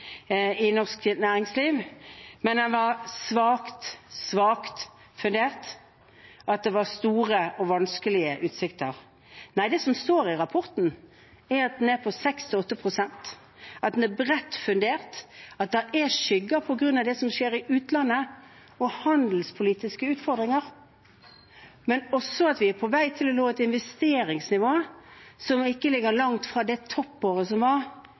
i norsk næringsliv, men den var svakt, svakt fundert, og det var store og vanskelige utsikter. Nei, det som står i rapporten, er at veksten er på 6–8 pst., at den er bredt fundert, at det er skygger på grunn av det som skjer i utlandet, at det er handelspolitiske utfordringer, men også at vi er på vei til å nå et investeringsnivå som ikke ligger langt fra toppåret